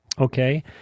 Okay